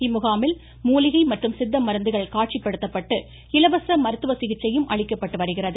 இம்முகாமில் மூலிகை மற்றும் சித்த மருந்துகள் காட்சிபடுத்தப்பட்டு இலவச மருத்துவ சிகிச்சையும் அளிக்கப்பட்டு வருகிறது